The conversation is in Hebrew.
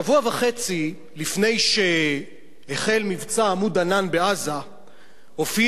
שבוע וחצי לפני שהחל מבצע "עמוד ענן" בעזה הופיע